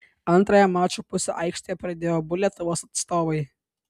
antrąją mačo pusę aikštėje pradėjo abu lietuvos atstovai